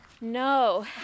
no